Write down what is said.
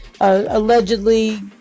allegedly